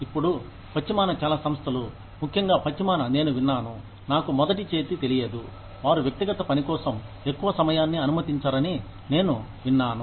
ఇప్పుడు పశ్చిమాన చాలా సంస్థలు ముఖ్యంగా పశ్చిమాన నేను విన్నాను నాకు మొదటి చేతి తెలియదు వారు వ్యక్తిగత పని కోసం ఎక్కువ సమయాన్ని అనుమతించరని నేను విన్నాను